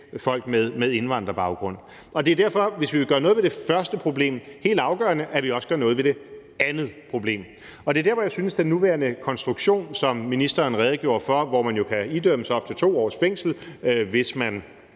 folk med indvandrerbaggrund, og det er derfor, at det, hvis vi vil gøre noget ved det første problem, også er helt afgørende, at vi gør noget ved det andet problem. Og det er der, hvor jeg synes, at den nuværende konstruktion, som ministeren redegjorde for, hvor man jo kan idømmes op til 2 års fængsel, hvis man